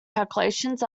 calculations